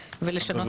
ולשנות.